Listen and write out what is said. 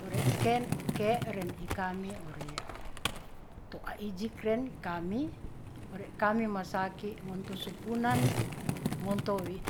Ore ken ke'ren i kami ore to ka ijik ren i kami ore kami masaki ngonto supunan ngonto wi